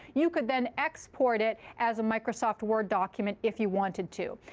you could then export it as a microsoft word document if you wanted to.